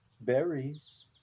berries